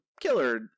killer